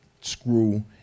screw